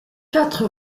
quatre